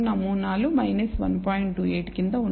28 క్రింద ఉన్నాయి